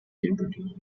liberty